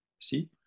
See